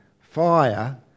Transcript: fire